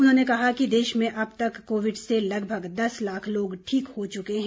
उन्होंने कहा कि देश में अब तक कोविड से लगभग दस लाख लोग ठीक हो चुके हैं